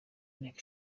nteko